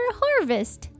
harvest